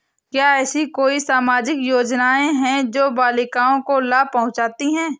क्या ऐसी कोई सामाजिक योजनाएँ हैं जो बालिकाओं को लाभ पहुँचाती हैं?